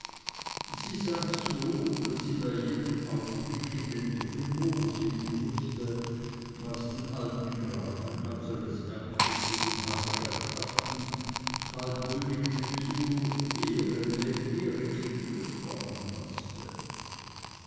sie saß so daß sie bei jedem aufblick in den trumeau sehen mußte was den alten grafen als er es merkte zu dem halb scherzhaften halb huldigenden zuruf ehre dem ehre gebührt veranlaßte